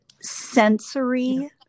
sensory